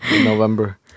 November